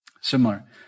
Similar